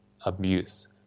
abuse